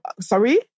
Sorry